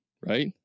right